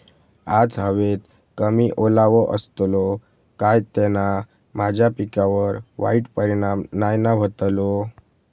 आज हवेत कमी ओलावो असतलो काय त्याना माझ्या पिकावर वाईट परिणाम नाय ना व्हतलो?